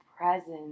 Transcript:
presence